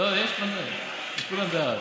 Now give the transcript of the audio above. כולם בעד.